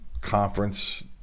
conference